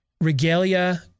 regalia